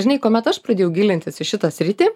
žinai kuomet aš pradėjau gilintis į šitą sritį